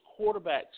quarterbacks